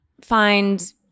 find